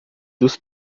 dos